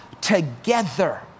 together